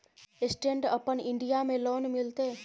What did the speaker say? Stand up India में loan मिलते?